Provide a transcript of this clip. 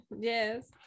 Yes